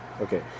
okay